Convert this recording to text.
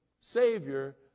Savior